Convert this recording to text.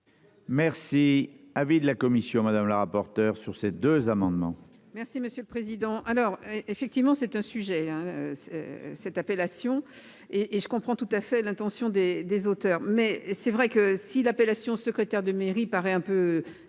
Merci. Avis de la commission, madame la rapporteure sur ces deux amendements. Merci, monsieur le Président, alors effectivement c'est un sujet hein. Cette appellation et et je comprends tout à fait l'intention des des auteurs mais c'est vrai que si l'appellation secrétaire de mairie paraît un peu